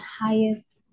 highest